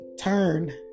turn